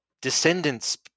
descendants